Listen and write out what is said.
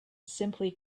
simply